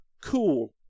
Cool